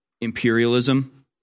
imperialism